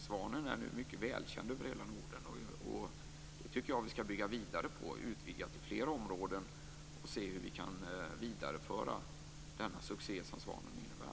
Svanen är nu mycket välkänd över hela Norden, och det tycker jag att vi skall bygga vidare på - utvidga det till fler områden och se hur vi kan vidareföra den succé som svanen innebär.